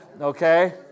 okay